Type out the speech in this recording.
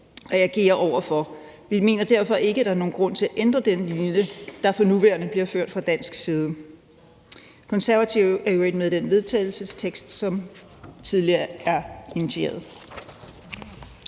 at agere i. Vi mener derfor ikke, at der er nogen grund til at ændre den linje, der for nuværende bliver ført fra dansk side. Konservative er i øvrigt med i den vedtagelsestekst, som tidligere er fremsat.